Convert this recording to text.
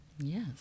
Yes